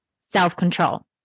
self-control